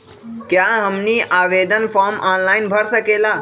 क्या हमनी आवेदन फॉर्म ऑनलाइन भर सकेला?